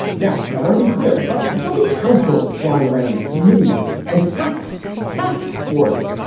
now, i want to be clear what so many councils flying around and committees and tasks, tasks, force.